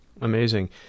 Amazing